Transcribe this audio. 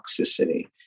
toxicity